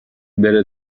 بره